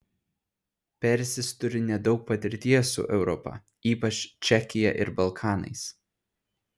persis turi nedaug patirties su europa ypač čekija ir balkanais